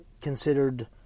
considered